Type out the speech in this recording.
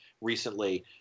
recently